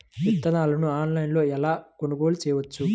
విత్తనాలను ఆన్లైనులో ఎలా కొనుగోలు చేయవచ్చు?